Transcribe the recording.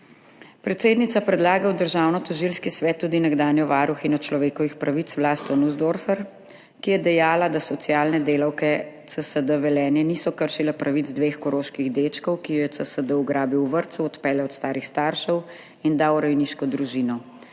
Predsednica predlaga v Državnotožilski svet tudi nekdanjo varuhinjo človekovih pravic Vlasto Nussdorfer, ki je dejala, da socialne delavke CSD Velenje niso kršile pravic dveh koroških dečkov, ki ju je CSD ugrabil v vrtcu, odpeljal od starih staršev in dal v rejniško družino.